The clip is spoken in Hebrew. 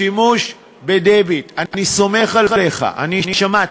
השימוש בדביט, אני סומך עליך, אני שמעתי,